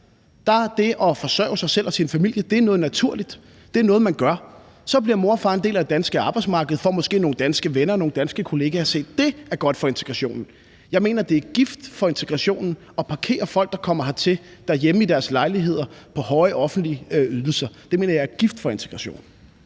det at forsørge sig selv og sin familie noget naturligt og noget, man gør. Så bliver mor og far en del af det danske arbejdsmarked, og de får måske nogle danske venner og nogle danske kollegaer. Se, dét er godt for integrationen. Jeg mener, det er gift for integrationen at parkere folk, der kommer hertil, derhjemme i deres lejligheder på høje offentlige ydelser. Det mener jeg er gift for integrationen.